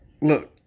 look